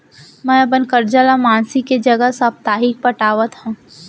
मै अपन कर्जा ला मासिक के जगह साप्ताहिक पटावत हव